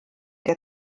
der